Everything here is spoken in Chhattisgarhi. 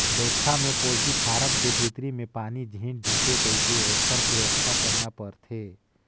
बइरखा में पोल्टी फारम के भीतरी में पानी झेन ढुंके कहिके ओखर बेवस्था करना परथे